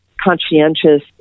conscientious